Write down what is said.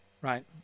right